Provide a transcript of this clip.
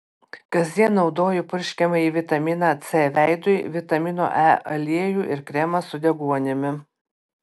kasdien naudoju purškiamąjį vitaminą c veidui vitamino e aliejų ir kremą su deguonimi